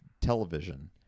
television